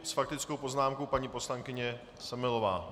S faktickou poznámkou paní poslankyně Semelová.